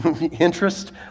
interest